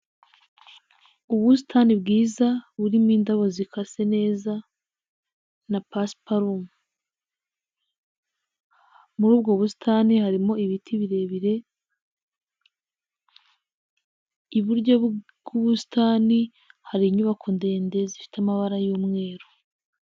Ubusitani bwiza burimo indabo zikase neza na pasiparume, muri ubwo busitani harimo ibiti birebire, iburyo bw'ubusitani hari inyubako ndende zifite amabara y'umweru.